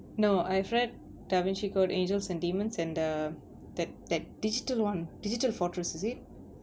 no I've read da vinci code angels and demons and the that that digital one digital fortress is it